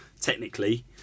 technically